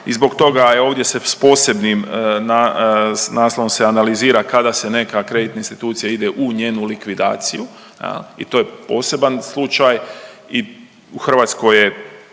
i zbog toga se ovdje s posebnim naslovom se analizira kada se neka kreditna institucija ide u njenu likvidaciju jel'? I to je poseban slučaj. U Hrvatskoj je,